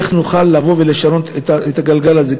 איך נוכל לבוא ולשנות את הגלגל הזה,